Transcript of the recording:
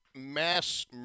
mass